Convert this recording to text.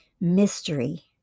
mystery